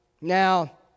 Now